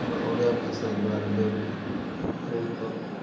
ଆମର ଓଡ଼ିଆ ଭାଷା ଦ୍ୱାରା ବହୁତ